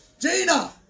Gina